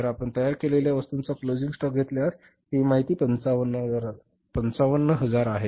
तर आपण तयार केलेल्या वस्तूंचा क्लोजिंग स्टॉक घेतल्यास ही माहिती किती आहे ही 55000 आहे